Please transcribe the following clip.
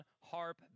harp